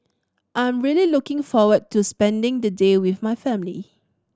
I'm really looking forward to spending the day with my family